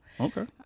okay